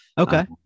Okay